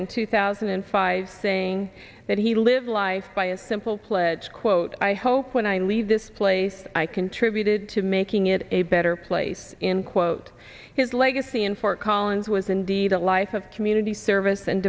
in two thousand and five saying that he lived life by a simple pledge quote i hope when i leave this place i contributed to making it a better place in quote his legacy in fort collins was indeed a life of community service and